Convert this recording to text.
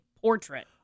portrait